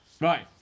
Right